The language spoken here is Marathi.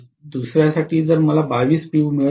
u दुसर्यासाठी जर 22 p